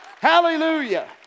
Hallelujah